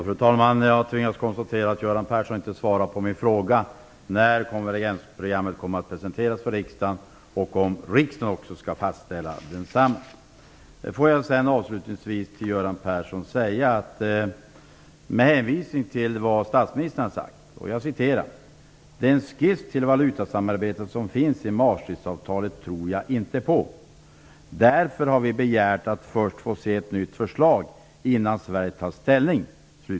Fru talman! Jag tvingas konstatera att Göran Persson inte svarar på min fråga när konvergensprogrammet kommer att presenteras för riksdagen och om riksdagen också skall fastställa detsamma. Får jag sedan avslutningsvis till Göran Persson säga något med hänvisning till vad statsministern sagt. Statsministern sade den 2 november i år: "Den skiss till valutasamarbete som finns i Maatrichtavtalet tror jag inte på. Därför har vi begärt att först få se ett nytt förslag innan Sverige tar ställning."